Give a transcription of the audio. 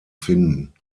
finden